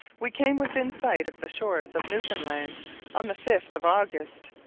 we came within sight of the shores of newfoundland on the fifth of august,